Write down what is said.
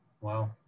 Wow